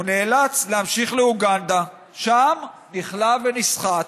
הוא נאלץ להמשיך לאוגדה, שם נכלא ונסחט.